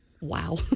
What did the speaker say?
Wow